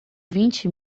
vinte